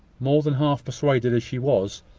more than half-persuaded, as she was,